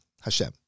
Hashem